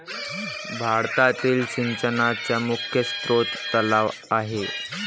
भारतातील सिंचनाचा मुख्य स्रोत तलाव आहे